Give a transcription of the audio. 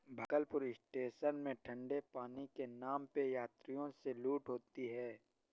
Bhagalpur station में ठंडे पानी के नाम पे यात्रियों से लूट होती है